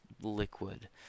liquid